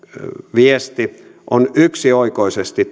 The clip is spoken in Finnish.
viesti on yksioikoisesti